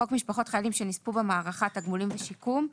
חוק משפחות חיילים שנספו במערכה (תגמולים ושיקום),